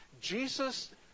Jesus